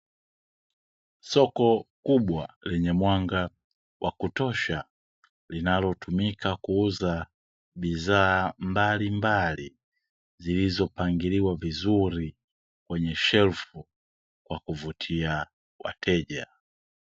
Soko kubwa lenye mwanga wa kutosha, linalotumika kuuza bidhaa mbalimbali zilizopangiliwa vizuri kwenye shelfu kwa kuvutia wateja.